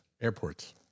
airports